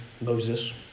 Moses